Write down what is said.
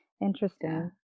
Interesting